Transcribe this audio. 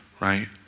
Right